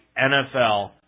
NFL